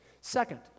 Second